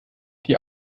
die